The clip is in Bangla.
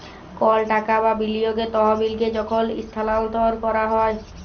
কল টাকা বা বিলিয়গের তহবিলকে যখল ইস্থালাল্তর ক্যরা হ্যয়